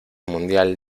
mundial